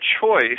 choice